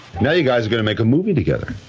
now you guys are gonna make a movie together.